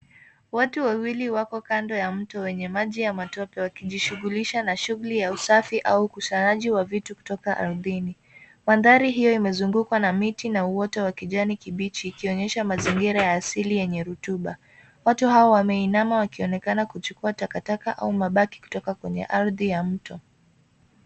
Watu wawili wako kando ya mto wenye maji ya matope wakijishughulisha na shughuli ya usafi aua uchanaji wa vitu kutoka ardhini. Mandhari hio imezungukwa na miti na uoto wa kijani kibichi ikionyesha mazingira ya asili yenye rotuba. Watu hawa wameinama wakionekana kuchukua takataka au mabaki kutoka kwenye ardhi ya mto.